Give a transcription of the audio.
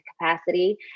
capacity